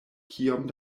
kiom